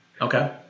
Okay